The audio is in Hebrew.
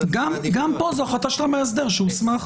גם פה זאת החלטה של המאסדר שהוסמך.